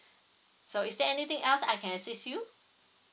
so is there anything else I can assist you